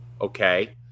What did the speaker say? okay